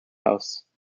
house